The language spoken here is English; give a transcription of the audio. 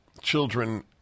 children